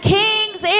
kings